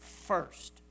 first